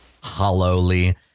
hollowly